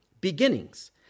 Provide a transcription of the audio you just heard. beginnings